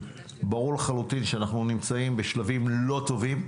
ברור לחלוטין שאנחנו נמצאים בשלבים לא טובים,